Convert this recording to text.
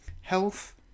health